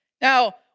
Now